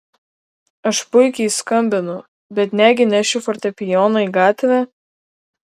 aš puikiai skambinu bet negi nešiu fortepijoną į gatvę